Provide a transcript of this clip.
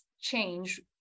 change